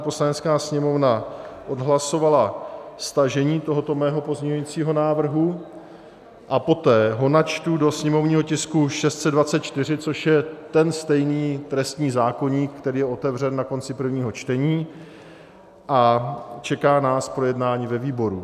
Poslanecká sněmovna odhlasovala stažení tohoto mého pozměňujícího návrhu, a poté ho načtu do sněmovního tisku 624, což je ten stejný trestní zákoník, který je otevřen na konci prvního čtení a čeká nás projednání ve výboru.